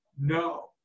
No